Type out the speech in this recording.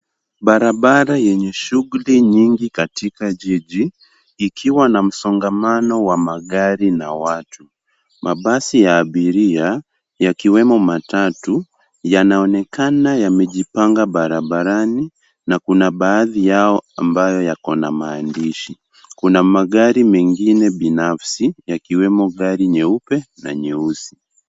Barabara yenye shughuli nyingi katika jiji, ikiwa na msongamano wa magari na watu. Mabasi ya abiria, yakiwemo matatu, yanaonekana yamejipanga barabarani na kuna baadhi yao ambayo yako na maandishi. Kuna magari mengine binafsi, yakiwemo gari nyeupe na nyeusi.